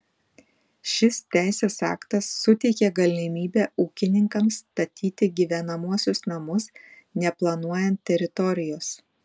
šis teisės aktas suteikia galimybę ūkininkams statyti gyvenamuosius namus neplanuojant teritorijos